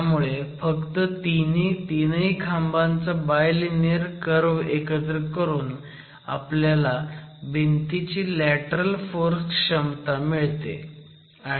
त्यामुळे फक्त तिन्ही खांबांचा बायलिनीयर कर्व्ह एकत्रित करून आपल्याला भिंतीची लॅटरल फोर्स क्षमता मिळते